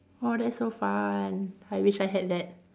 orh that's so fun I wish I had that